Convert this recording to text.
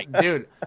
Dude